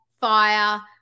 fire